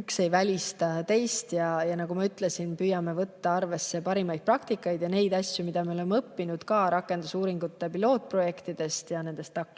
Üks ei välista teist. Ja nagu ma ütlesin, me püüame võtta arvesse parimaid praktikaid, seda, mida me oleme õppinud ka rakendusuuringute pilootprojektidest ja nendest TAK-idest.